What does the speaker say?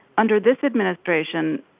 under this administration,